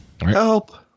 Help